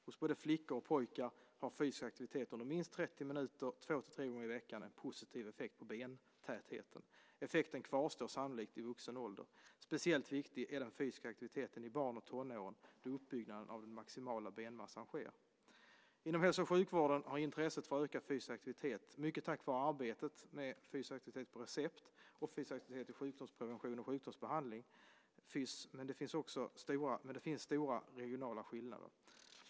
Hos både flickor och pojkar har fysisk aktivitet under minst 30 minuter två tre gånger i veckan en positiv effekt på bentätheten. Effekten kvarstår sannolikt i vuxen ålder. Speciellt viktig är den fysiska aktiviteten i barn och tonåren då uppbyggnaden av den maximala benmassan sker. Inom hälso och sjukvården har intresset ökat för fysisk aktivitet, mycket tack vare arbetet med fysisk aktivitet på recept, FaR, och fysisk aktivitet i sjukdomsprevention och sjukdomsbehandling, FYSS, men det finns stora regionala skillnader.